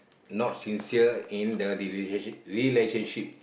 not sincere in the relationship relationship